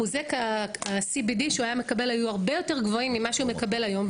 אחוזי ה-CBD שהוא היה מקבל היו הרבה יותר גבוהים ממה שהוא מקבל היום,